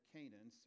Canaan